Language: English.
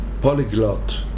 polyglot